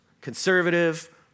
Conservative